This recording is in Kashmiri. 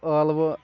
ٲلوٕ